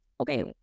okay